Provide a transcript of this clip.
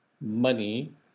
money